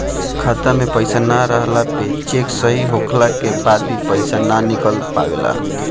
खाता में पईसा ना रहला पे चेक सही होखला के बाद भी पईसा ना निकल पावेला